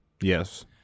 Yes